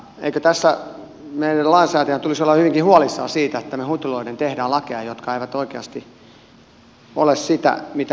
eikö meidän lainsäätäjien tulisi olla hyvinkin huolissamme siitä että me hutiloiden teemme lakeja jotka eivät oikeasti ole sitä mitä me haluamme